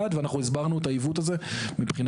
הסברנו את העיוות הזה מבחינתנו.